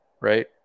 right